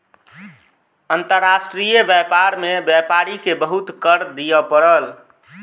अंतर्राष्ट्रीय व्यापार में व्यापारी के बहुत कर दिअ पड़ल